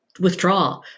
withdraw